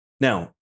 Now